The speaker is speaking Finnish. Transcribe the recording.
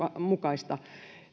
mukaista